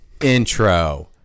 Intro